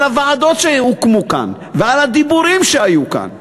הוועדות שהוקמו כאן ועל הדיבורים שהיו כאן,